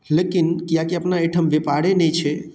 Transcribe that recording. लेकिन किएकि अपना अहिठाम व्यापारे नहि छै